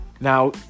Now